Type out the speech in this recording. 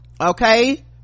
okay